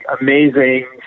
amazing